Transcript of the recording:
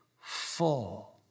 full